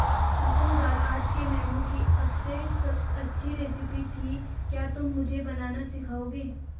मसूर दाल आज के मेनू की अबसे अच्छी रेसिपी थी क्या तुम मुझे बनाना सिखाओंगे?